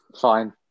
Fine